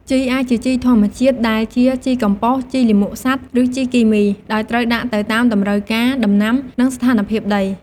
ជីអាចជាជីធម្មជាតិ ដែលជា ជីកំប៉ុស្ត ជីលាមកសត្វ ឬជីគីមី ដោយត្រូវដាក់ទៅតាមតម្រូវការដំណាំ និងស្ថានភាពដី។